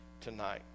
tonight